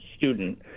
student